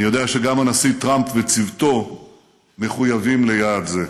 אני יודע שגם הנשיא טראמפ וצוותו מחויבים ליעד זה.